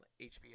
HBO